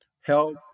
help